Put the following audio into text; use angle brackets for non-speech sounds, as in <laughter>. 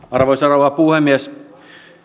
<unintelligible> arvoisa rouva puhemies